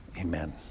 Amen